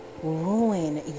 ruin